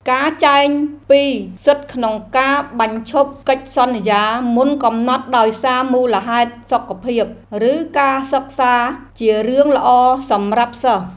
ការចែងពីសិទ្ធិក្នុងការបញ្ឈប់កិច្ចសន្យាមុនកំណត់ដោយសារមូលហេតុសុខភាព ឬការសិក្សាជារឿងល្អសម្រាប់សិស្ស។